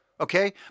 Okay